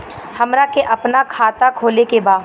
हमरा के अपना खाता खोले के बा?